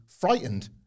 frightened